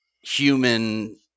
human